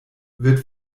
wird